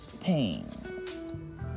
Pain